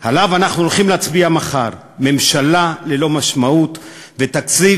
שעליו אנחנו הולכים להצביע מחר: ממשלה ללא משמעות ותקציב